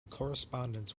correspondence